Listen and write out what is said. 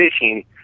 fishing